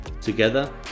Together